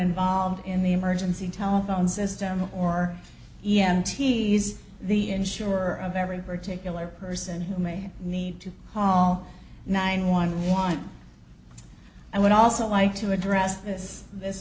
involved in the emergency telephone system or e m t's the insurer of every particular person who may need to call nine one one i would also like to address this